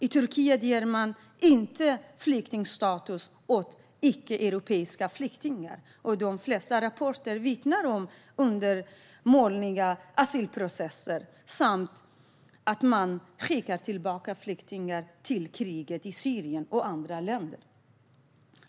I Turkiet ger man inte flyktingstatus åt icke-europeiska flyktingar, och de flesta rapporter vittnar om undermåliga asylprocesser och att man skickar tillbaka flyktingar till kriget i Syrien och andra länder.